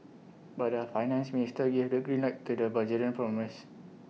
but their finance ministers gave the green light to the Bulgarian promise